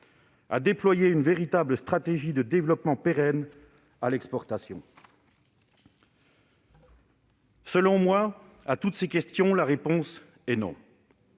à déployer une véritable stratégie de développement pérenne à l'exportation ? Selon moi, à toutes ces questions, la réponse est « non